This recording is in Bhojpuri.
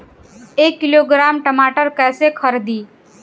एक किलोग्राम टमाटर कैसे खरदी?